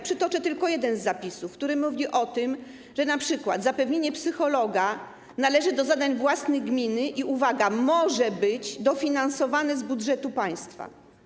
Przytoczę tylko jeden z zapisów, który mówi o tym, że np. zapewnienie psychologa należy do zadań własnych gminy i - uwaga - może być dofinansowane z budżetu państwa.